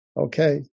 Okay